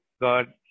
God